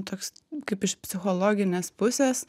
toks kaip iš psichologinės pusės